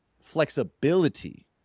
flexibility